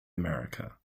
america